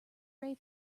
ray